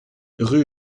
rue